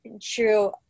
true